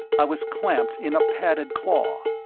i was clamped in a padded claw.